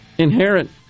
Inherent